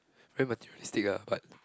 very materialistic ah but